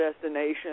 Destination